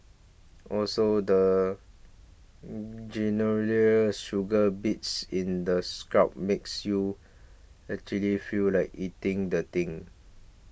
also the sugar bits in the scrub makes you actually feel like eating the thing